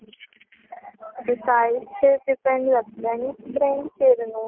सायजचेर depend जातलें आनी ट्रेंडचेर न्हू